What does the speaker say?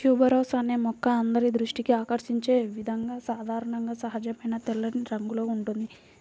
tuberose అనే మొక్క అందరి దృష్టిని ఆకర్షించే విధంగా సాధారణంగా సహజమైన తెల్లని రంగులో ఉంటుంది